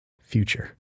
future